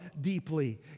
deeply